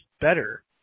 better